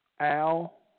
Al